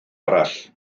arall